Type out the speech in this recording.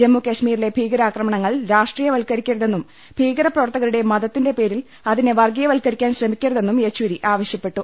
ജമ്മു കശ്മീരിലെ ഭീകരാക്രമണങ്ങൾ രാഷ്ട്രീയവൽക്കരി ക്കരുതെന്നും ഭീകരപ്രവർത്തകരുടെ മതത്തിന്റെ പേരിൽ അതിനെ വർഗ്ഗീയവൽക്കരിക്കാൻ ശ്രമിക്കരുതെന്നും യെച്ചൂരി ആവശൃപ്പെട്ടു